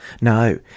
No